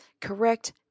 correct